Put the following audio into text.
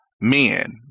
men